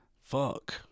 Fuck